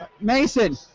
Mason